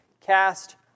cast